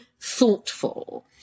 thoughtful